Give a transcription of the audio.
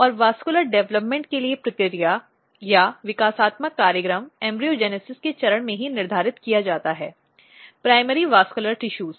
और वेस्क्यलर विकास के लिए प्रक्रिया या विकासात्मक कार्यक्रम भ्रूणजनन के चरण में ही निर्धारित किया जाता है प्राइमरी वेस्क्यलर टिशूज